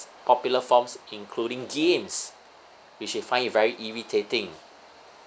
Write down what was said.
s~ popular forms including games which I find it very irritating